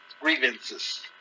grievances